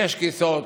שישה כיסאות,